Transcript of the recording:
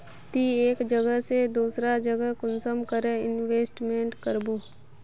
ती एक जगह से दूसरा जगह कुंसम करे इन्वेस्टमेंट करबो?